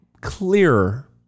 clearer